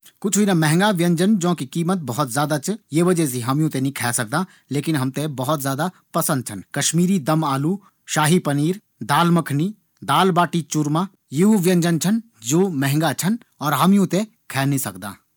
राजमा चावल कढ़ी चावल रायता रोटी सब्जी खीर फलो को कॉकटेल बेहद सरल भोजन छन और मैते बहुत ज्यादा पसंद छन